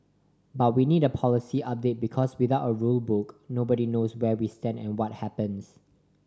but we need a policy update because without a rule book nobody knows where we stand and what happens